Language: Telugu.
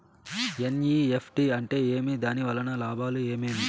ఎన్.ఇ.ఎఫ్.టి అంటే ఏమి? దాని వలన లాభాలు ఏమేమి